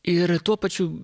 ir tuo pačiu